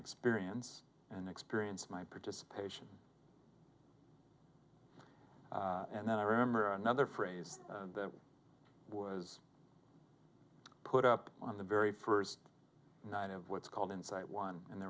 experience and experience my participation and then i remember another phrase that was put up on the very first night of what's called insight one and the